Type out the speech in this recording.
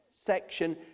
section